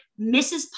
Mrs